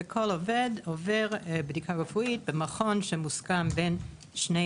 כל עובד עובר בדיקה רפואית במכון שמוסכם על ידי שתי